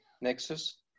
nexus